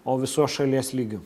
o visos šalies lygiu